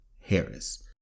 Harris